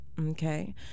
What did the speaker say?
Okay